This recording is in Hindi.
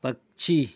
पक्षी